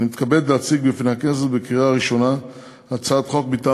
אני מתכבד להציג בפני הכנסת לקריאה ראשונה הצעת חוק מטעם